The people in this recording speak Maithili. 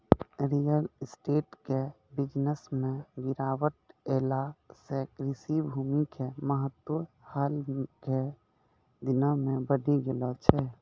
रियल स्टेट के बिजनस मॅ गिरावट ऐला सॅ कृषि भूमि के महत्व हाल के दिनों मॅ बढ़ी गेलो छै